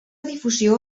difusió